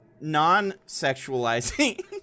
non-sexualizing